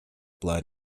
blood